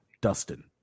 Dustin